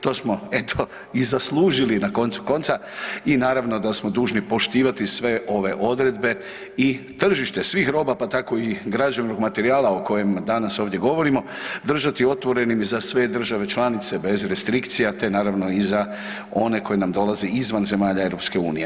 To smo eto i zaslužili na koncu konca i naravno da smo dužni poštivati sve ove odredbe i tržište svih roba, pa tako i građevnog materijala o kojem danas ovdje govorimo držati otvorenim za sve države članice bez restrikcija te naravno i za one koje nam dolaze izvan zemalja Europske unije.